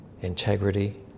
integrity